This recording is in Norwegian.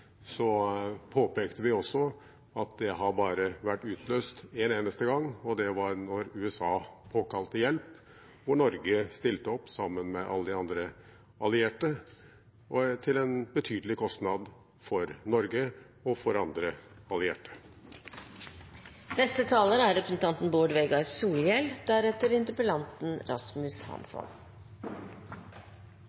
påpekte vi også at den bare har vært utløst en eneste gang, og det var da USA påkalte hjelp og Norge stilte opp sammen med alle de andre allierte – og til en betydelig kostnad for Norge og de andre